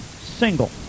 single